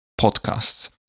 Podcasts